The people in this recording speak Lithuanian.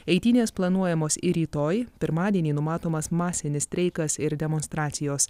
eitynės planuojamos ir rytoj pirmadienį numatomas masinis streikas ir demonstracijos